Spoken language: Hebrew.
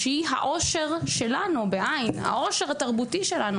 שהיא העושר התרבותי שלנו.